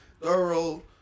Thorough